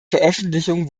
veröffentlichung